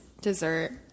dessert